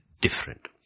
different